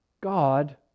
God